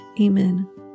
Amen